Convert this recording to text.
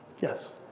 Yes